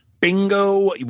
bingo